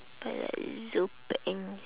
palazzo pant